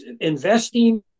investing